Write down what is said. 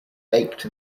baked